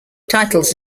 titles